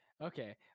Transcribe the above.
okay